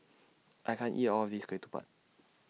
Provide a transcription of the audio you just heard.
I can't eat All of This Ketupat